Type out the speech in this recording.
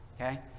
Okay